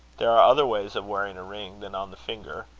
there are other ways of wearing a ring than on the finger.